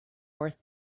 worth